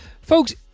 Folks